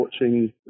watching